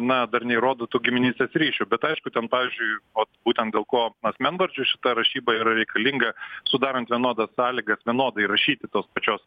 na dar neįrodo tų giminystės ryšių bet aišku ten pavyzdžiui būtent dėl ko asmenvardžių šita rašyba yra reikalinga sudarant vienodas sąlygas vienodai rašyti tos pačios